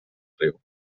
riu